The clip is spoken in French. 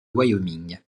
wyoming